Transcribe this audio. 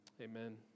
Amen